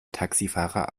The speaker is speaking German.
taxifahrer